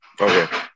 Okay